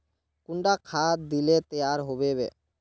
कुंडा खाद दिले तैयार होबे बे?